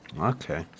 Okay